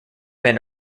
men